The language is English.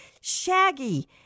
Shaggy